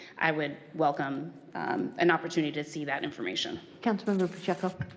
i would welcome an opportunity to see that information. councilmember pacheco?